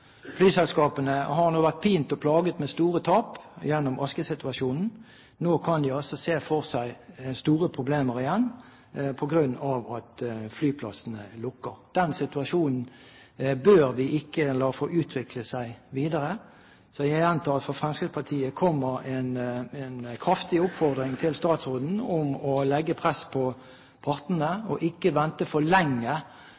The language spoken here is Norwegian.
Flyselskapene har nå vært pint og plaget med store tap gjennom askesituasjonen. Nå kan de altså se for seg store problemer igjen, på grunn av at flyplassene lukker. Den situasjonen bør vi ikke la få utvikle seg videre. Så jeg gjentar at det fra Fremskrittspartiet kommer en kraftig oppfordring til statsråden om å legge press på